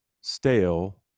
stale